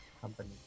company